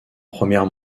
première